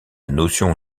notion